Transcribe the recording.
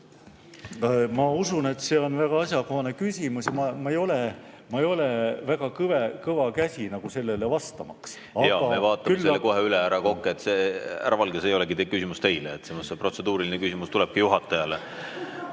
Ma usun, et see on väga asjakohane küsimus, aga ma ei ole väga kõva käsi sellele vastamaks. Me vaatame selle kohe üle, härra Kokk. Härra Valge, see ei olegi küsimus teile. See protseduuriline küsimus tulebki juhatajale.